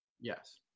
Yes